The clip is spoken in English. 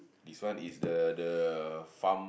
this one is the the farm